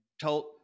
told